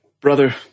Brother